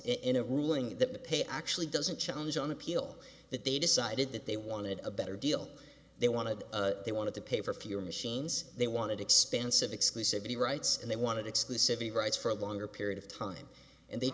in a ruling that the pay actually doesn't challenge on appeal that they decided that they wanted a better deal they wanted they wanted to pay for fewer machines they wanted expensive exclusivity rights and they wanted exclusively rights for a longer period of time and they